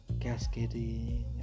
Cascading